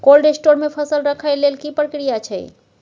Cold store मे फसल रखय लेल की प्रक्रिया अछि?